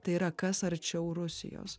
tai yra kas arčiau rusijos